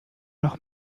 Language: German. noch